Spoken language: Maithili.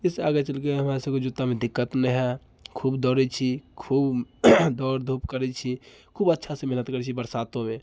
इससे आगे चलिके हमरा सबके जुत्तामे दिक्कत नहि होएत खूब दौड़ै छी खूब दौड़ धूप करैत छी खूब अच्छासँ मेहनत करैत छी बरसातोमे